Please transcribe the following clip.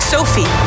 Sophie